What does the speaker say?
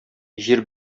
җир